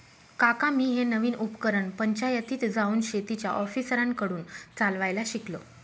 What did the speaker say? काका मी हे नवीन उपकरण पंचायतीत जाऊन शेतीच्या ऑफिसरांकडून चालवायला शिकलो